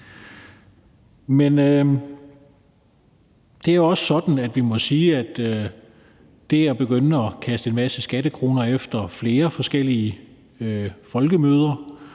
det er også sådan, at vi må sige, at det at begynde at kaste en masse skattekroner efter flere forskellige folkemøder